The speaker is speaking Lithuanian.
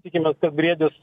tikimės kad briedis